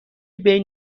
بین